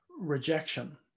rejection